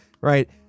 right